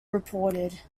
reported